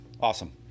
Awesome